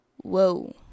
Whoa